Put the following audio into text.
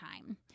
time